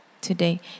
Today